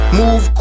move